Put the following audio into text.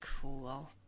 cool